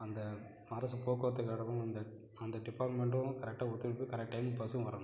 அந்த அரசு போக்குவரத்துக்கழகமும் அந்த அந்த டிபார்ட்மெண்டும் கரெக்டாக ஒத்துழைப்பும் கரெக்ட் டைமுக்கு பஸ்ஸும் வரணும்